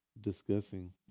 discussing